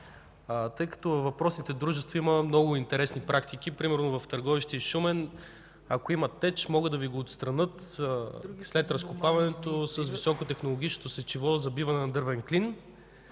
Във въпросните дружества има много интересни практики. Например в Търговище и Шумен ако има теч, могат да Ви го отстранят след разкопаването с високотехнологичното сечиво – забиване на дървен клин